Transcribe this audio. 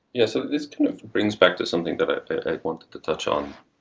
yeah. so this kind of brings back to something that i wanted to touch on.